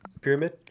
pyramid